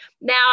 Now